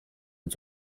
und